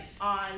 on